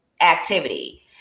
activity